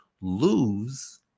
lose